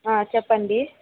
చెప్పండి